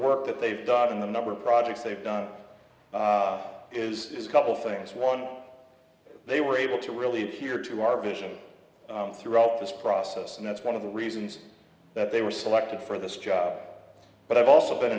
work that they've done in the number of projects they've done is a couple things one they were able to really hear to our vision throughout this process and that's one of the reasons that they were selected for this job but i've also been